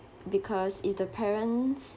because if the parents